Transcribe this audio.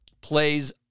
plays